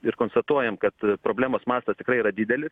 ir konstatuojam kad problemos mastas tikrai yra didelis